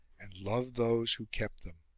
and loved those who kept them.